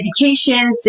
medications